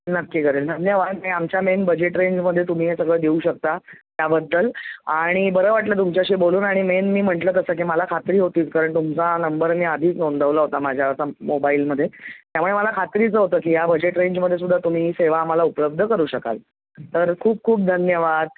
नक्की करेन धन्यवाद आमच्या मेन बजेट रेंजमधे तुम्ही हे सगळं देऊ शकता त्याबद्दल आणि बरं वाटलं तुमच्याशी बोलून आणि मेन मी म्हटलं तसं की मला खात्री होतीच कारण तुमचा हा नंबर मी आधीच नोंदवला होता माझ्या सम मोबाईलमधे त्यामुळे मला खात्रीचं होतं की या बजेट रेंजमधे सुद्धा तुम्ही ही सेवा आम्हाला उपलब्ध करू शकाल तर खूप खूप धन्यवाद